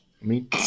Meet